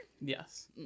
yes